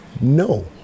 no